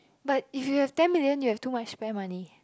but if you have ten million you have too much spare money